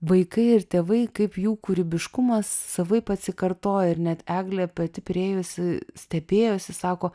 vaikai ir tėvai kaip jų kūrybiškumas savaip atsikartoja ir net eglė pati priėjusi stebėjosi sako